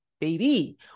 baby